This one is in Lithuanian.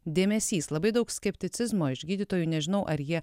dėmesys labai daug skepticizmo iš gydytojų nežinau ar jie